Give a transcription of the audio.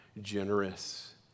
generous